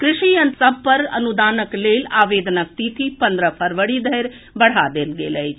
कृषि यंत्र सभ पर अनुदानक लेल आवेदनक तिथि पंद्रह फरवरी धरि बढ़ा देल गेल अछि